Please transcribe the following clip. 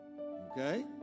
Okay